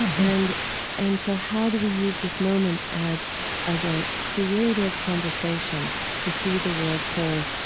and and so how do we use this moment as as a creative conversation to see the world whole,